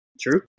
True